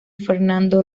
fernando